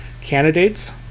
candidates